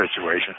situation